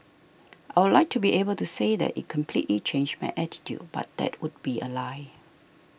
I would like to be able to say that it completely changed my attitude but that would be a lie